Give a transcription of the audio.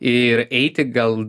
ir eiti gal